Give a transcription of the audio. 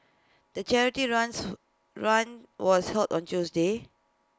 the charity runs run was held on Tuesday